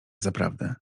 zaprawdę